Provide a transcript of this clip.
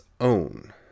own